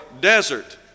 desert